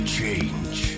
change